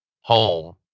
home